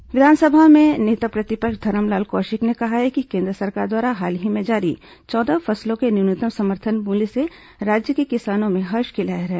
कौशिक बयान विधानसभा में नेता प्रतिपक्ष धरमलाल कौशिक ने कहा है कि केन्द्र सरकार द्वारा हाल ही में जारी चौदह फसलों के न्यूनतम समर्थन मूल्य से राज्य के किसानों में हर्ष की लहर है